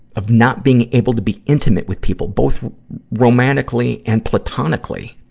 of not being able to be intimate with people both romantically and platonically